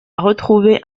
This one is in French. retrouver